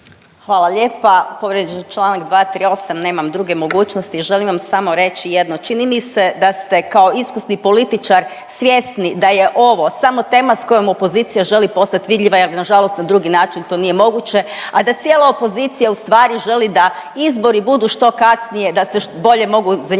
Hvala lijepa. Povrijeđen je članak 238. nemam druge mogućnosti. Želim vas samo reći jedno. Čini mi se da ste kao iskusni političar svjesni da je ovo samo tema sa kojom opozicija želi postat vidljiva, jer na žalost na drugi način to nije moguće, a da cijela opozicija u stvari želi da izbori budu što kasnije, da se bolje mogu za njih